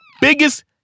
biggest